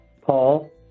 Paul